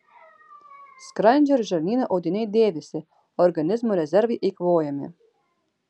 skrandžio ir žarnyno audiniai dėvisi organizmo rezervai eikvojami